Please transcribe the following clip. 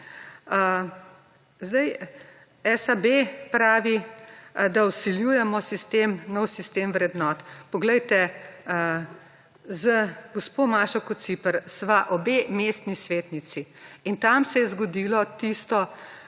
Zdaj, SAB pravi, da vsiljujemo nov sistem vrednot. Poglejte, z gospo Mašo Kociper sva obe mestni svetnici. In tam se je zgodilo tisto,